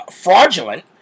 fraudulent